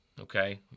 Okay